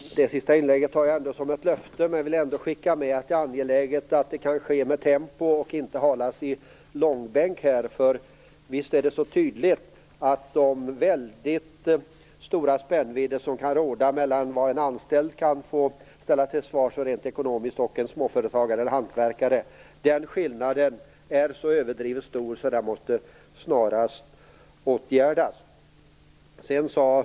Fru talman! Det sista inlägget tar jag som ett löfte, men vill ändå skicka med att det är angeläget att det sker med tempo och inte halas i långbänk. Visst är det tydligt att det kan råda väldigt stora spännvidder mellan vad en anställd och vad en småföretagare eller hantverkare kan ställas till svars för rent ekonomiskt. Den skillnaden är så överdrivet stor att den snarast måste åtgärdas.